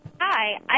Hi